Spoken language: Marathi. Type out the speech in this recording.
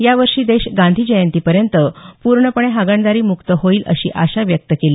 यावर्षी देश गांधी जयंतीपर्यंत पूर्णपणे हगणदारी मुक्त होईल अशी आशा व्यक्त केली